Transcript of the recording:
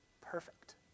perfect